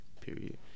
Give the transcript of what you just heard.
Period